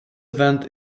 event